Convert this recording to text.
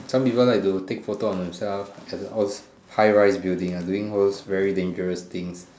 some people like to take photos of themselves at of in high-rise building doing all those dangerous thing